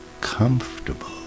comfortable